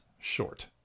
short